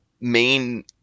main